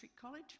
College